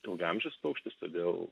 ilgaamžis paukštis todėl